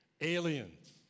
Aliens